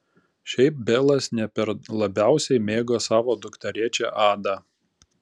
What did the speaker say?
šiaip belas ne per labiausiai mėgo savo dukterėčią adą